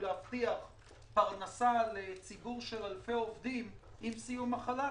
להבטיח פרנסה לציבור של אלפי עובדים עם סיום החל"ת,